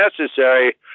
necessary